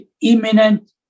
imminent